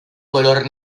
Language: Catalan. color